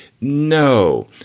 No